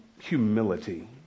humility